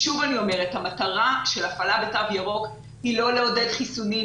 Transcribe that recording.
שוב אני אומרת שהמטרה של הפעלה בתו ירוק היא לא לעודד חיסונים,